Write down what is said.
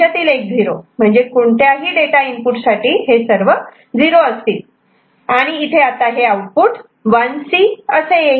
यांच्यातील एक 0 म्हणजे कोणत्याही डाटा इनपुट साठी हे सर्व 0 असतील आणि इथे आता आउटपुट 1C असे येईल